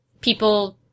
people